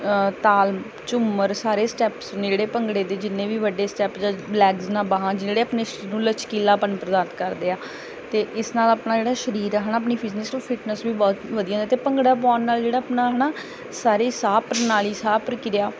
ਤਾਲ ਝੂੰਮਰ ਸਾਰੇ ਸਟੈਪਸ ਨੇ ਜਿਹੜੇ ਭੰਗੜੇ ਦੇ ਜਿੰਨੇ ਵੀ ਵੱਡੇ ਸਟੈਪ ਜਾਂ ਲੈਗਸ ਨਾਲ ਬਾਹਾਂ ਜਿਹੜੇ ਆਪਣੇ ਸਰੀਰ ਨੂੰ ਲਚਕੀਲਾਪਣ ਪ੍ਰਾਪਤ ਕਰਦੇ ਆ ਅਤੇ ਇਸ ਨਾਲ ਆਪਣਾ ਜਿਹੜਾ ਸਰੀਰ ਆ ਹੈ ਨਾ ਆਪਣੀ ਫਿਜੀਕਲ ਫਿਟਨੈਸ ਵੀ ਬਹੁਤ ਵਧੀਆ ਅਤੇ ਭੰਗੜਾ ਪਾਉਣ ਨਾਲ ਜਿਹੜਾ ਆਪਣਾ ਹੈ ਨਾ ਸਾਰੀ ਸਾਹ ਪ੍ਰਣਾਲੀ ਸਾਹ ਪ੍ਰਕਿਰਿਆ